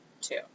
Two